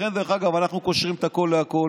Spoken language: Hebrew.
לכן אנחנו קושרים את הכול לכול.